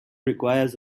requires